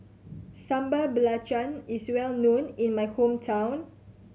Sambal Belacan is well known in my hometown